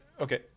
Okay